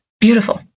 beautiful